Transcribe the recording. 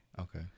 Okay